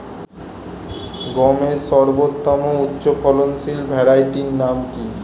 গমের সর্বোত্তম উচ্চফলনশীল ভ্যারাইটি নাম কি?